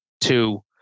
two